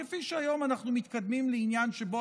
כפי שהיום אנחנו מתקדמים לעניין שבו